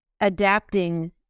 adapting